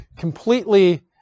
completely